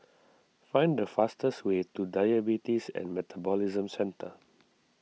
find the fastest way to Diabetes and Metabolism Centre